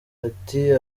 ati